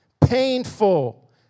painful